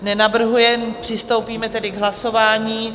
Nenavrhuje, přistoupíme tedy k hlasování.